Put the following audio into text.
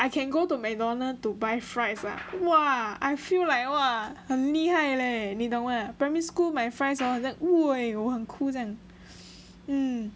I can go to McDonald's to buy fries ah !wah! I feel like !wah! 很厉害 leh 你懂吗 primary school 买 fries hor 很像 woi 我很 cool 这样 mm